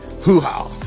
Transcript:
hoo-ha